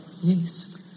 Yes